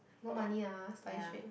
no money ah study straight